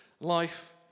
life